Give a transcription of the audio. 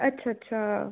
अच्छा अच्छा